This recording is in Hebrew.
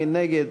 מי נגד?